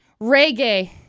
reggae